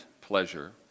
pleasure